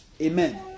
Amen